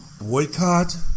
boycott